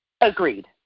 Agreed